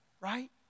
Right